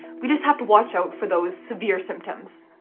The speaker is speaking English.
we just have to watch out for those severe symptoms.